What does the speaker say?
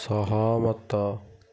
ସହମତ